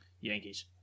Yankees